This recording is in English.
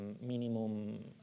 minimum